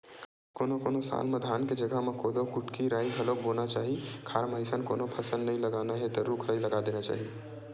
कोनो कोनो साल म धान के जघा म कोदो, कुटकी, राई घलोक बोना चाही खार म अइसन कोनो फसल नइ लगाना हे त रूख राई लगा देना चाही